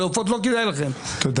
לאופות לא כדאי לכם -- תודה.